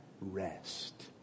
rest